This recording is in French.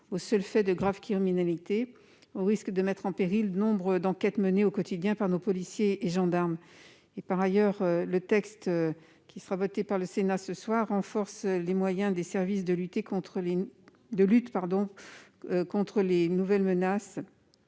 aux seuls faits de criminalité grave, au risque de mettre en péril nombre d'enquêtes menées au quotidien par nos policiers et nos gendarmes. Le texte qui sera voté par le Sénat ce soir renforce les moyens des services de lutte contre les nouvelles menaces,